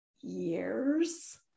years